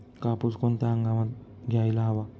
कापूस कोणत्या हंगामात घ्यायला हवा?